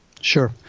Sure